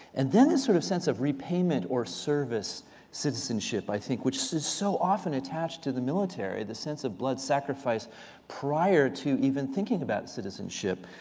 and then this sort of sense of repayment or service citizenship, i think, which is so often attached to the military. the sense of blood sacrifice prior to even thinking about citizenship.